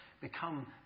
become